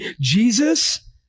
Jesus